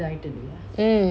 mm